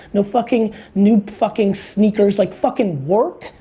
no fucking new fucking sneakers. like fuckin' work,